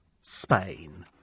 Spain